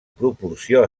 proporció